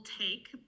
take